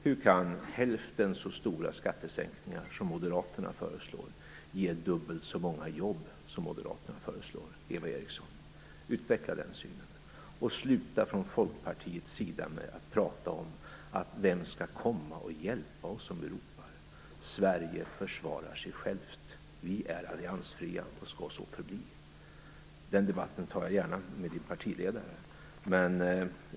Hur kan hälften så stora skattesänkningar som Moderaterna föreslår ge dubbelt så många jobb som Moderaterna föreslår, Eva Eriksson? Utveckla den synen. Sluta att från Folkpartiets sida att säga: Vem skall komma att hjälpa oss om vi ropar? Sverige försvarar sig självt. Vi är alliansfria och skall så förbli. Den debatten tar jag gärna med Eva Erikssons partiledare.